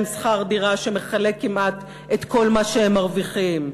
שכר דירה שמכלה כמעט את כל מה שהם מרוויחים.